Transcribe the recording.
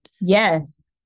Yes